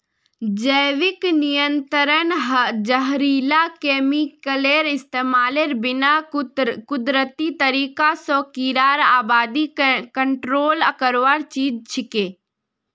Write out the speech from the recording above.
जैविक नियंत्रण जहरीला केमिकलेर इस्तमालेर बिना कुदरती तरीका स कीड़ार आबादी कंट्रोल करवार चीज छिके